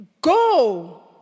go